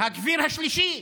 הגביר השלישי.